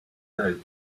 note